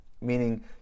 Meaning